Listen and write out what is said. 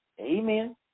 Amen